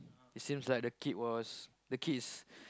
it seems like the kid was the kid is